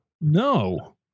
No